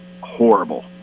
horrible